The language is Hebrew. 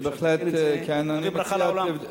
תביא ברכה לעולם.